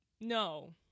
no